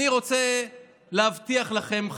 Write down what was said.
אני רוצה להבטיח לכם,